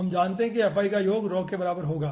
हम सभी जानते हैं कि fi का योग रॉ के बराबर होगा